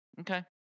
Okay